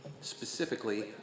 Specifically